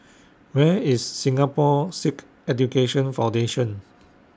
Where IS Singapore Sikh Education Foundation